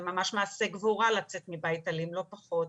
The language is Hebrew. זה ממש מעשה גבורה לצאת מבית אלים לא פחות.